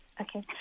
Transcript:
Okay